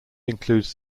includes